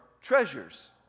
treasures